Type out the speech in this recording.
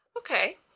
Okay